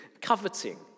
Coveting